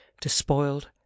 Despoiled